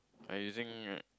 I using